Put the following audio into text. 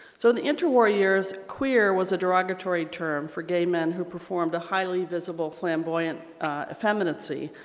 so in the interwar years queer was a derogatory term for gay men who performed a highly visible, flamboyant effeminacy.